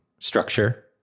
structure